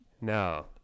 No